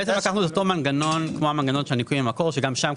בעצם לקחנו את אותו מנגנון של ניכויים במקור שגם שם,